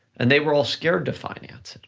and they were all scared to finance it,